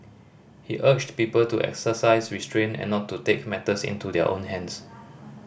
he urged people to exercise restraint and not to take matters into their own hands